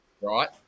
right